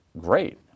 great